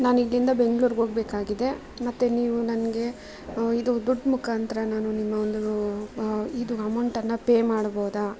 ನಾನು ಇಲ್ಲಿಂದ ಬೆಂಗಳೂರ್ಗೆ ಹೋಗ್ಬೇಕಾಗಿದೆ ಮತ್ತೆ ನೀವು ನನಗೆ ಇದು ದುಡ್ಡು ಮುಖಾಂತ್ರ ನಾನು ನಿಮ್ಮ ಒಂದು ಇದು ಅಮೌಂಟನ್ನು ಪೇ ಮಾಡಬೌದಾ